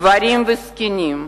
גברים וזקנים,